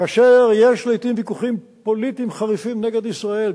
כאשר יש לעתים ויכוחים פוליטיים חריפים נגד ישראל,